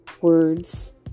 words